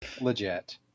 legit